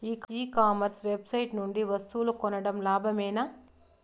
ఈ commerce website నుండి వస్తువులు కొనడం లాభమేనా?